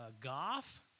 Goff